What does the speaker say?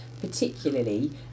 particularly